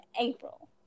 April